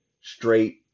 straight